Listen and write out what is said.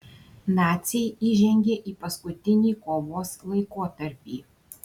naciai įžengė į paskutinį kovos laikotarpį